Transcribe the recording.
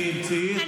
תמצאי,